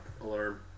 alarm